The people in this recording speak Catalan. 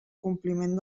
compliment